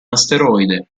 asteroide